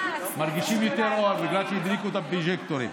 מרגישים יותר אור, בגלל שהדליקו את הפרוז'קטורים.